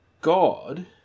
God